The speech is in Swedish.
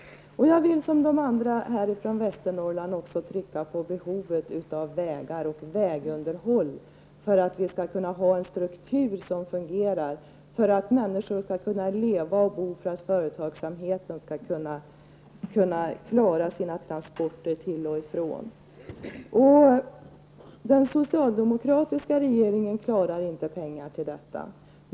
Jag vill, liksom de andra debattörerna från Västernorrland, betona vikten av behovet av vägar och vägunderhåll för att vi skall få en struktur som fungerar och för att människorna skall kunna leva och bo, och för att företagen skall kunna klara sina transporter. Den socialdemokratiska regeringen klarar inte att ge pengar till detta.